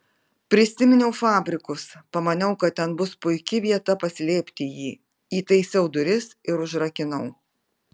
prisiminiau fabrikus pamaniau kad ten bus puiki vieta paslėpti jį įtaisiau duris ir užrakinau